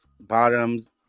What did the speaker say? bottoms